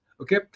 Okay